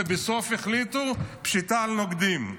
בסוף החליטו: פשיטה על נוקדים.